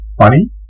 funny